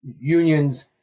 unions